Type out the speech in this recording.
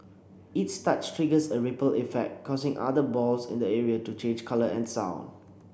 each touch triggers a ripple effect causing other balls in the area to change colour and sound